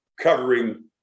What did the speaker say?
covering